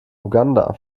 uganda